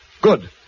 Good